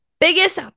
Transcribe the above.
biggest